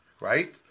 right